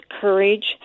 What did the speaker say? courage